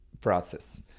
process